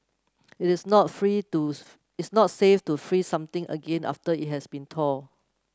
it is not free it's not safe to freeze something again after it has been thawed